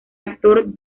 actor